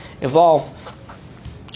evolve